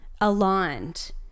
aligned